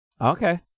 okay